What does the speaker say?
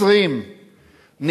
לא, לא, לא.